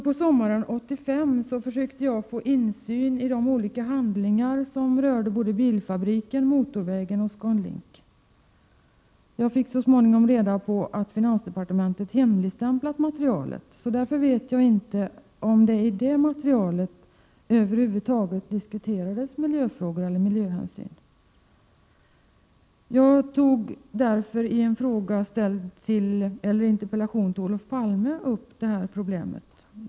På sommaren 1985 försökte jag få insyn i de olika handlingar som rörde både bilfabriken, motorvägen och ScanLink. Jag fick så småningom reda på att finansdepartementet hade hemligstämplat materialet, så jag vet inte om miljöfrågor eller miljöhänsyn över huvud taget diskuterades. Jag tog därför i en interpellation till Olof Palme upp detta problem.